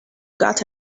got